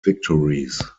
victories